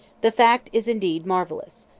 the fact is indeed marvellous.